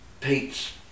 Pete's